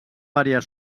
variar